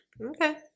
Okay